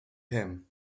him